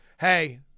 hey